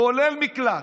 כולל מקלט.